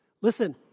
Listen